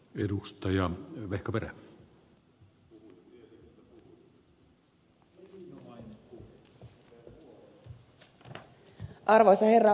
arvoisa herra puhemies